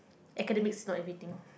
academics is not everything